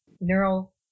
neural